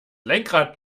lenkrad